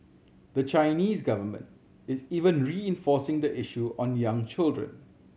the Chinese government is even reinforcing the issue on young children